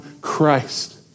Christ